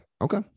Okay